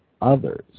others